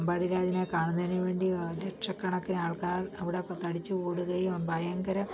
പാമ്പാടി രാജനെ കാണുന്നതിനു വേണ്ടി ലക്ഷക്കണക്കിനാൾക്കാർ അവിടെ തടിച്ചു കൂടുകയും ഭയങ്കര